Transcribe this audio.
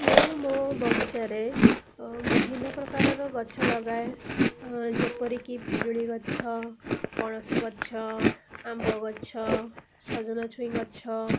ମୁଁ ମୋ ବଗିଚାରେ ବିଭିନ୍ନ ପ୍ରକାରର ଗଛ ଲଗାଏ ଯେପରିକି ପିଜୁଳି ଗଛ ପଣସ ଗଛ ଆମ୍ବ ଗଛ ସଜନା ଛୁଇଁ ଗଛ